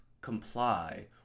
comply